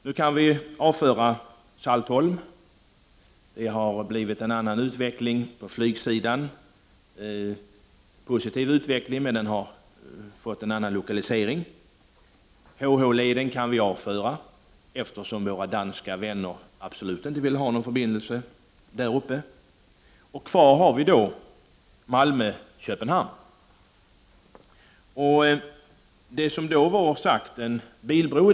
Nu kan vi avföra Saltholm, eftersom det har blivit en annan utveckling på flygsidan. Det är visserligen en positiv utveckling, men den har fått en annan lokalisering. Helsingborg-Helsingör-leden kan vi också avföra, eftersom våra danska vänner absolut inte vill ha en sådan förbindelse. Det enda som återstår är en förbindelse mellan Malmö och Köpenhamn. Det talades då om en bilbro.